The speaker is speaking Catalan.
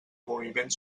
moviment